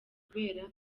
kubera